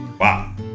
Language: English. Wow